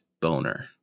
boner